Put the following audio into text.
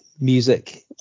music